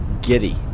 giddy